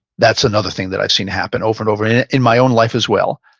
that's another thing that i've seen happen over and over in in my own life as well.